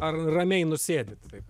ar ramiai nusėdit taip